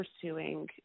pursuing